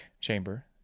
Chamber